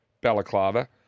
Balaclava